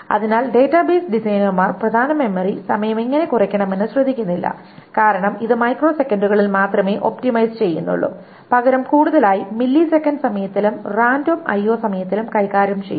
അതിനാൽ ഡാറ്റാബേസ് ഡിസൈനർമാർ പ്രധാന മെമ്മറി സമയം എങ്ങനെ കുറയ്ക്കണമെന്ന് ശ്രദ്ധിക്കുന്നില്ല കാരണം ഇത് മൈക്രോസെക്കൻഡുകളിൽ മാത്രമേ ഒപ്റ്റിമൈസ് ചെയ്യുന്നുള്ളൂ പകരം കൂടുതലായി മില്ലിസെക്കൻഡ് സമയത്തിലും റാൻഡം IO Random IO സമയത്തിലും കൈകാര്യം ചെയ്യുന്നു